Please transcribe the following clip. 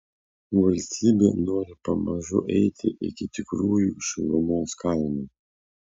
valstybė nori pamažu eiti iki tikrųjų šilumos kainų